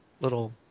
little